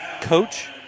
coach